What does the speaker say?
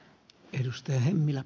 arvoisa puhemies